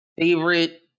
favorite